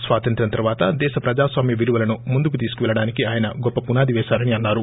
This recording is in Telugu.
స్వతంత్రం తర్వాత దేశ ప్రజాస్వామ్య విలువలను ముందుకు తీసుకుపెళ్లడానికి ఆయన గొప్ప పునాది పేశారని అన్నారు